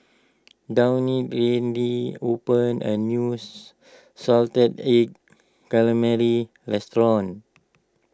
Daunte opened a news Salted Egg Calamari restaurant